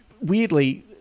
weirdly